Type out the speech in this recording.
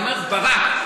אמר שזה בניגוד,